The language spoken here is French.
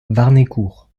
warnécourt